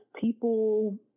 people